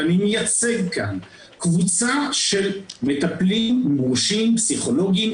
ואני מייצג כאן קבוצה של מטפלים מורשים פסיכולוגים,